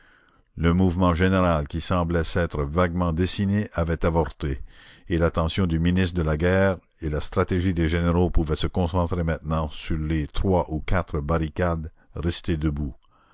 le mouvement général qui semblait s'être vaguement dessiné avait avorté et l'attention du ministre de la guerre et la stratégie des généraux pouvaient se concentrer maintenant sur les trois ou quatre barricades restées debout